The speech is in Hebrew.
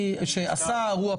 מוסרי.